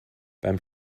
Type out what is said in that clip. beim